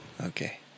Okay